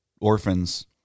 orphans